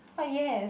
what yes